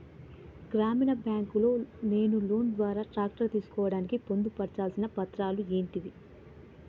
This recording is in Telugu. గ్రామీణ బ్యాంక్ లో నేను లోన్ ద్వారా ట్రాక్టర్ తీసుకోవడానికి పొందు పర్చాల్సిన పత్రాలు ఏంటివి?